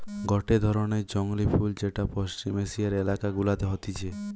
গটে ধরণের জংলী ফুল যেটা পশ্চিম এশিয়ার এলাকা গুলাতে হতিছে